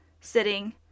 sitting